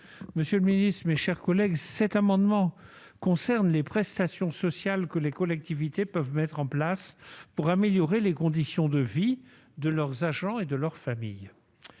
M. Jean-Pierre Sueur. Cet amendement concerne les prestations sociales que les collectivités peuvent mettre en place pour améliorer les conditions de vie de leurs agents et de leurs familles.